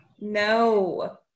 No